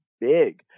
big